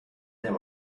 there